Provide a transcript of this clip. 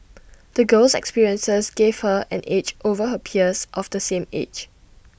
the girl's experiences gave her an edge over her peers of the same age